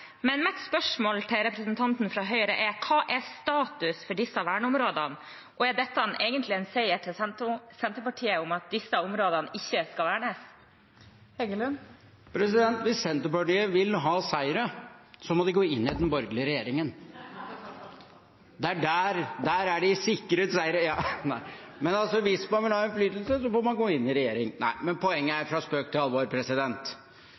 Mitt spørsmål til representanten fra Høyre er: Hva er status for disse verneområdene? Og er det ikke egentlig en seier for Senterpartiet at disse områdene ikke skal vernes? Hvis Senterpartiet vil ha seire, må de gå inn i den borgerlige regjeringen. Der er de sikret seire. Hvis man vil ha innflytelse, får man gå inn i regjering. Nei, poenget er – fra spøk til alvor